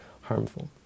harmful